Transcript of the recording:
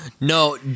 no